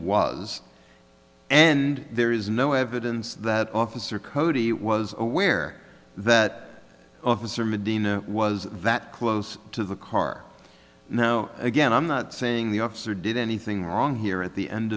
was and there is no evidence that officer cody was aware that officer medina was that close to the car again i'm not saying the officer did anything wrong here at the end